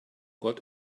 got